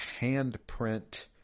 handprint